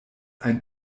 ein